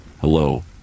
Hello